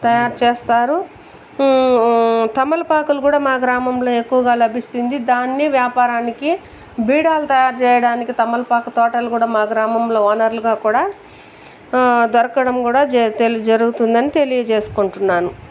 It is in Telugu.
తయారు చేస్తారు తమలపాకులు కూడా మా గ్రామంలో ఎక్కువగా లభిస్తుంది దాన్ని వ్యాపారానికి బీడాలు తయారు చేయడానికి తమలపాకు తోటలు కూడా మా గ్రామంలో వనరులుగా కూడా దొరకడం కూడా తెలి జరుగుతుందని తెలియజేసుకుంటున్నాను